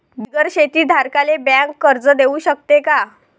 बिगर शेती धारकाले बँक कर्ज देऊ शकते का?